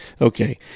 Okay